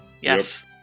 Yes